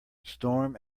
storm